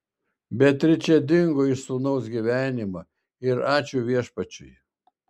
beatričė dingo iš sūnaus gyvenimo ir ačiū viešpačiui